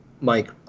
Mike